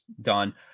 done